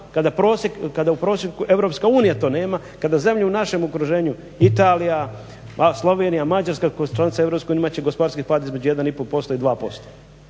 kada u prosjeku Europska unija to nema, kada zemlje u našem okruženju Italija, Slovenija, Mađarska, koje su članice Europske unije imat će gospodarski pad između 1,5% i 2%.